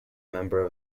member